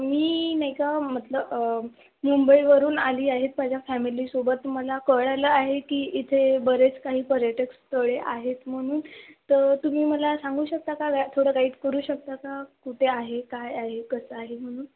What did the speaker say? मी नाही का मतल मुंबईवरून आली आहे माझ्या फॅमिलीसोबत मला कळलं आहे की इथे बरेच काही पर्यटक स्थळे आहेत म्हणून तर तुम्ही मला सांगू शकता का गा थोडं गाईड करू शकता का कुठे आहे काय आहे कसं आहे म्हणून